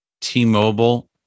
T-Mobile